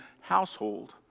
household